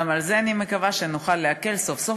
גם על זה אני מקווה שנוכל להקל סוף-סוף,